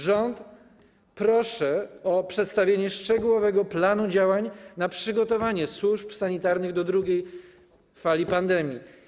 Rząd proszę o przedstawienie szczegółowego planu działań w zakresie przygotowania służb sanitarnych do drugiej fali pandemii.